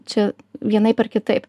čia vienaip ar kitaip